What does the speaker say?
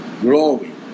growing